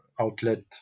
outlet